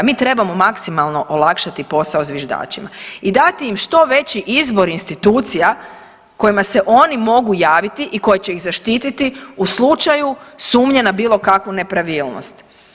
Mi trebamo maksimalno olakšati posao zviždačima i dati im što veći izbor institucija kojima se oni mogu javiti i koji će ih zaštiti u slučaju sumnje na bilo kakvu nepravilnost.